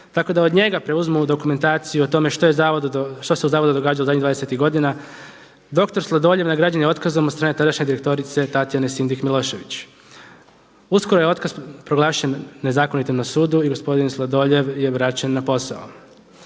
tako da od njega preuzmu dokumentaciju o tome što se u Zavodu događalo zadnjih 20 godina. Dr. Sladoljev nagrađen je otkazom od strane tadašnje direktorice Tatjane Sindik Milošević. Uskoro je otkaz proglašen nezakonitim na sudu i gospodin Sladoljev je vraćen na posao.